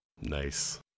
Nice